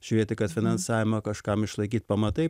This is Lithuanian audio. žiūrėti kad finansavimą kažkam išlaikyt pamatai